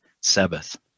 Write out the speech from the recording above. Sabbath